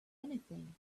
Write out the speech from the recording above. anything